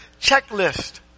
checklist